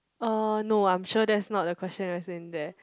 oh no I'm sure that's not the question that's in there